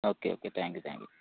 okay okay thank you thank you